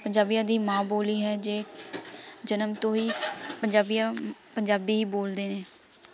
ਪੰਜਾਬੀਆਂ ਦੀ ਮਾਂ ਬੋਲੀ ਹੈ ਜੇ ਜਨਮ ਤੋਂ ਪੰਜਾਬੀਆਂ ਪੰਜਾਬੀ ਹੀ ਬੋਲਦੇ ਨੇ